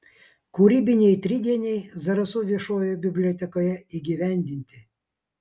kūrybiniai tridieniai zarasų viešojoje bibliotekoje įgyvendini